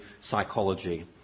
psychology